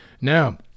Now